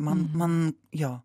man man jo